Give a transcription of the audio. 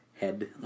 head